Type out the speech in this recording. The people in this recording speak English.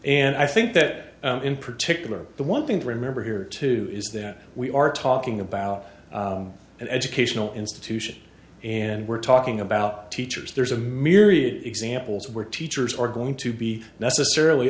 and i think that in particular the one thing to remember here too is that we are talking about an educational institution and we're talking about teachers there's a myriad of examples where teachers are going to be necessarily